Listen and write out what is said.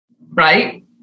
right